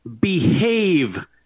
behave